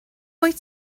wyt